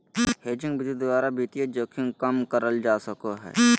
hedging विधि द्वारा वित्तीय जोखिम कम करल जा सको हय